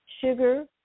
sugar